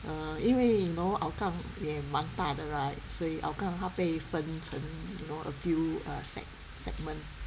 err 因为 you know hougang 也蛮大的 right 所以 hougang 它被分成 a few err seg~ segment